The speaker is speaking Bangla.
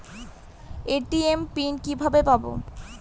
এ.টি.এম পিন কিভাবে পাবো?